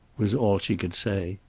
was all she could say.